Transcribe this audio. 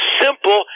simple